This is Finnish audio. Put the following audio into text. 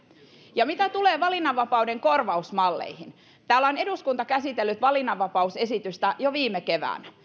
ja mitä tulee valinnanvapauden korvausmalleihin täällä on eduskunta käsitellyt valinnanvapausesitystä jo viime keväänä